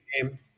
game